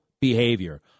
behavior